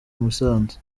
musanze